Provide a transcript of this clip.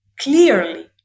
clearly